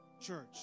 Church